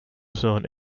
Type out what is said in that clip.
zone